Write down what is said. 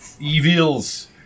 Evil's